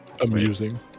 Amusing